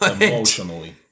Emotionally